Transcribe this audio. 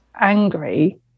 angry